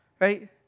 Right